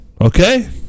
Okay